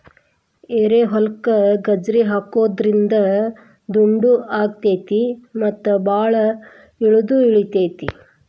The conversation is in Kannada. ಏರಿಹೊಲಕ್ಕ ಗಜ್ರಿ ಹಾಕುದ್ರಿಂದ ದುಂಡು ಅಕೈತಿ ಮತ್ತ ಬಾಳ ಇಳದು ಇಳಿತೈತಿ